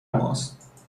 ماست